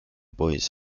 boys